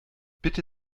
bitte